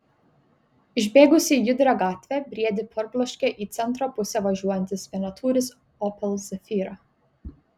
išbėgusį į judrią gatvę briedį parbloškė į centro pusę važiuojantis vienatūris opel zafira